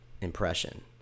impression